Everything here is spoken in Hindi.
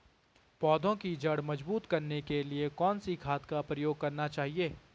पौधें की जड़ मजबूत करने के लिए कौन सी खाद का प्रयोग करना चाहिए?